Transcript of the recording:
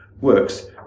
works